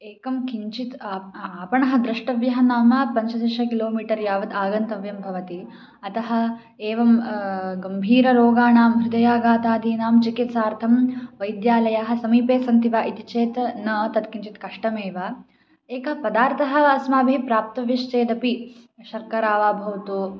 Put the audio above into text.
एकः किञ्चित् आप् आपणः द्रष्टव्यः नाम पञ्चदश किलोमीटर् यावत् आगन्तव्यं भवति अतः एवं गम्भीररोगाणां हृदयाघातादीनां चिकित्सार्थं वैद्यालयाः समीपे सन्ति वा इति चेत् न तत् किञ्चित् कष्टमेव एकः पदार्थः अस्माभिः प्राप्तव्यश्चेदपि शर्करा वा भवतु